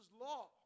law